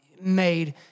made